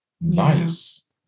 Nice